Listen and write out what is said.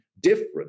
different